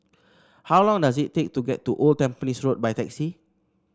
how long does it take to get to Old Tampines Road by taxi